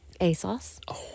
ASOS